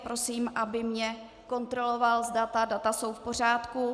Prosím, aby mě kontroloval, zda ta data jsou v pořádku.